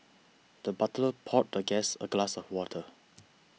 the butler poured the guest a glass of water